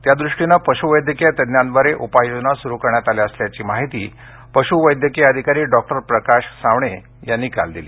त्यादृष्टीने पशुवैद्यकीय तज्ञांद्वारे उपाययोजना सुरू करण्यात आल्या असल्याची माहिती पशुवैद्यकीय अधिकारी डॉक्टर प्रकाश सावणे यांनी काल दिली